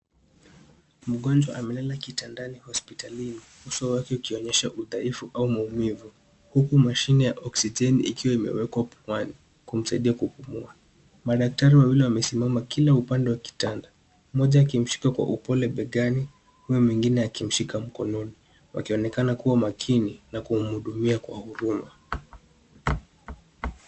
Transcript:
Mgonjwa amelala kitandani hospitalini uso wak ukionyesha udhaifu au maumivu huku mashine ya oksijeni ikiwa imewekwa puani kumsaidia kupumua. Madaktari wawili wamesimama kila upande wa kitanda, mmoja akimshika kwa upole begani, huku mwingine akimshika mkononi akionekana kuwa makini na kumhudumia kwa huruma.